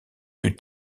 plus